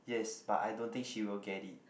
yes but I don't think she will get it